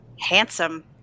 Handsome